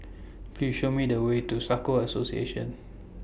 Please Show Me The Way to Soka Association